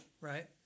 Right